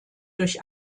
durch